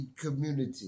community